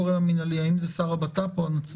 יאמר מי הגורם המנהלי האם זה שר הבט"פ או הנציב?